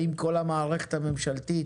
האם כל המערכת הממשלתית